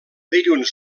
dilluns